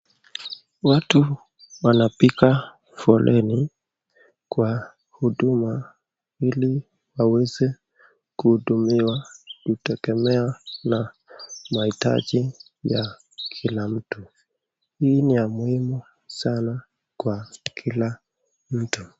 Watu wanapiga foleni, kwa huduma ili waweze kuhudumiwa kutegemea na mahitaji ya kila mtu. Hii ni ya muhimu sana kwa kila mtu.